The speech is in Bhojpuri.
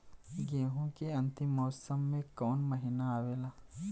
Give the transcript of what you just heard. गेहूँ के अंतिम मौसम में कऊन महिना आवेला?